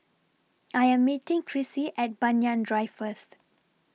I Am meeting Krissy At Banyan Drive First